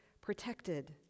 protected